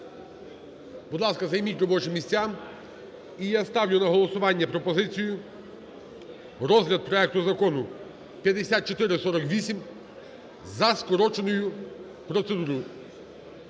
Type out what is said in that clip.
Будь ласка, займіть робочі місця. І я ставлю на голосування пропозицію розгляд проекту Закону 5448 за скороченою процедурою.